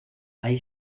hay